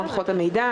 בתחום מערכות המידע,